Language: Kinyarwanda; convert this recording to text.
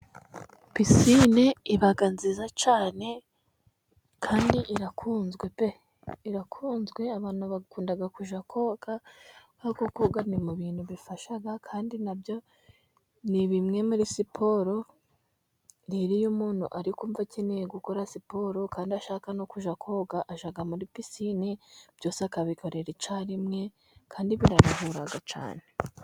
Pisine iba nziza cyane, kandi irakunzwe pe, irakunzwe, abantu bakunda kujya koga, kubera ko koga ni mu bintu bifasha kandi nabyo ni bimwe muri siporo. Rero iyo umuntu ari kumva akeneye gukora siporo, kandi ashaka no kujya koga, ajya muri pisine, byose akabikorera icyarimwe, kandi biraruhura cyane.